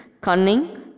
cunning